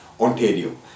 Ontario